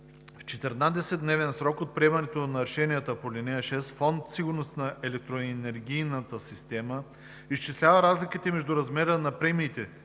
В 14-дневен срок от приемането на решението по ал. 6 Фонд „Сигурност на електроенергийната система“ изчислява разликата между размера на премиите